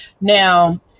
now